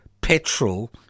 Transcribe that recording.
petrol